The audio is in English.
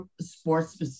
sports